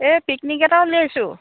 এই পিকনিক এটা উলিয়াইছোঁ